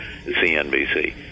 CNBC